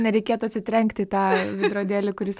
nereikėtų atsitrenkti į tą veidrodėlį kuris